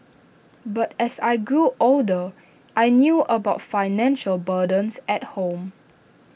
but as I grew older I knew about financial burdens at home